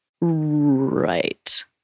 Right